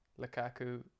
Lukaku